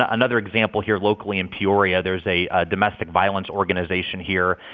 ah another example here locally in peoria there's a domestic violence organization here.